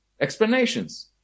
explanations